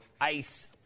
ice